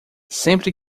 sempre